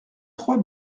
trois